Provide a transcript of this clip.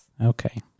Okay